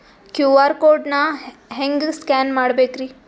QR code ನಾ ಹೆಂಗ scan ಮಾಡಬೇಕ್ರಿ?